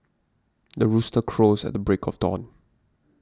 the rooster crows at break of dawn